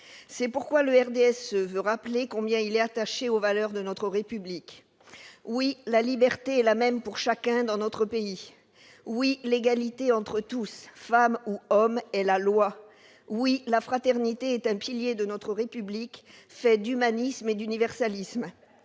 C'est pourquoi le groupe du RDSE veut rappeler combien il est attaché aux valeurs de notre République. Oui, la liberté est la même pour chacun dans notre pays. Oui, l'égalité entre tous, femmes ou hommes, est la loi. Oui, la fraternité est un pilier de notre République, faite d'humanisme et d'universalisme.